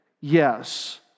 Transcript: Yes